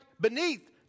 beneath